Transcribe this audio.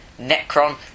Necron